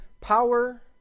Power